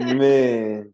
man